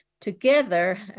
Together